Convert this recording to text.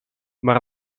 maar